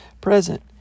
present